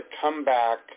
comeback